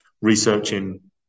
researching